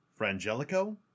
Frangelico